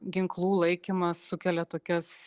ginklų laikymas sukelia tokias